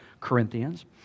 Corinthians